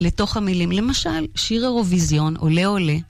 לתוך המילים למשל שיר אירוויזיון עולה עולה